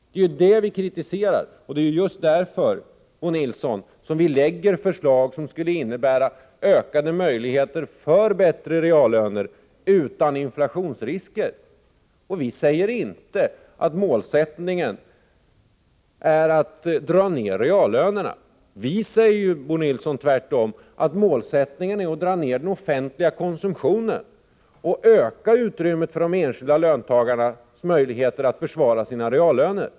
Det är det vi kritiserar, och det är just därför, Bo Nilsson, som vi lägger fram förslag som skulle innebära ökade möjligheter till bättre reallöner utan inflationsrisker. Vi säger inte att målsättningen är att dra ner reallönerna. Vi säger ju tvärtom, Bo Nilsson, att målsättningen är att dra ner den offentliga konsumtionen och öka utrymmet för de enskilda löntagarnas möjligheter att försvara sina reallöner.